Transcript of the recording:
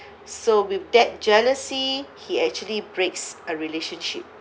so with that jealousy he actually breaks a relationship